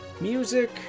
music